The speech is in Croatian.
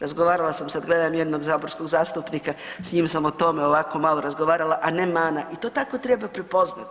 Razgovarala sam sad, gledam jednog saborskog zastupnika, s njim sam o tome ovako malo razgovarala, a ne mana, i to tako treba prepoznati.